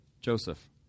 Joseph